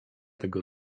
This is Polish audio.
tego